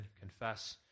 confess